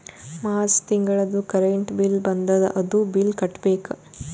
March ತಿಂಗಳದೂ current bill ಬಂದದ, ಅದೂ ಬಿಲ್ ಕಟ್ಟಬೇಕ್